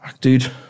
dude